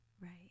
Right